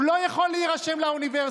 הוא לא יכול להירשם לאוניברסיטה,